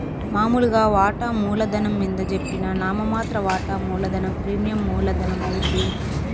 మామూలుగా వాటామూల ధనం మింద జెప్పిన నామ మాత్ర వాటా మూలధనం ప్రీమియం మూల ధనమవుద్ది